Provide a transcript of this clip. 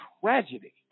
tragedy